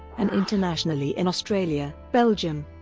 and internationally in australia, belgium,